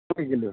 কেই কিলো